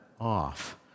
off